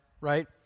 Right